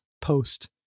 post